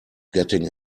getting